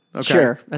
Sure